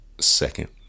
second